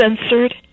censored